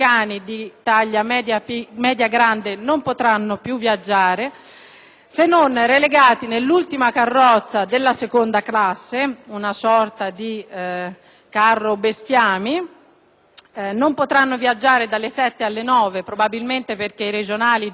se non relegati nell'ultima carrozza della seconda classe, una sorta di carro-bestiame; non potranno viaggiare dalle ore 7 alle ore 9 probabilmente perché i regionali già sono dei carri-bestiame e quindi non aggiungeranno animali veri ad